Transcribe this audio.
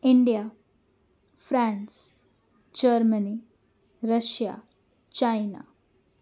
India France Germany Russia China